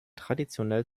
traditionell